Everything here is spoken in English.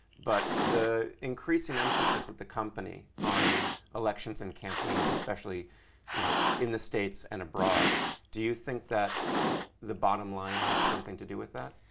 but the increasing emphasis of the company on elections and campaigns, especially you know in the states and abroad do you think that the bottom line had something to do with that?